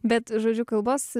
bet žodžių kalbos